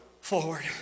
forward